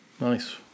nice